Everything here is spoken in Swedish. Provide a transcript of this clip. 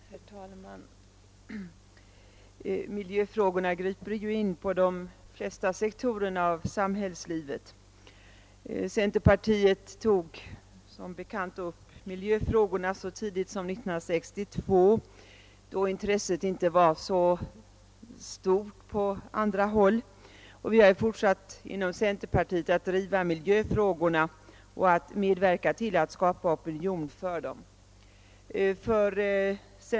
Herr talman! Miljöfrågorna griper in på de flesta sektorerna av samhällslivet. Centerpartiet tog som bekant upp miljöfrågorna så tidigt som 1962, då intresset sannerligen inte var stort på andra håll, och vi har inom centerpartiet fortsatt att driva miljöfrågorna och medverka till att skapa opinion för dem.